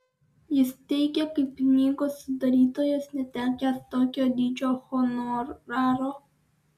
jis teigia kaip knygos sudarytojas netekęs tokio dydžio honoraro